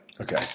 Okay